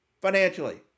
financially